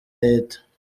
leta